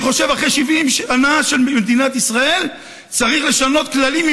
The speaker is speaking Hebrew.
אני חושב שאחרי 70 שנה של מדינת ישראל צריך לשנות כללים,